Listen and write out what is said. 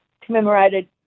commemorated